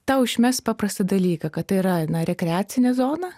tau išmes paprastą dalyką kad tai yra na rekreacinė zona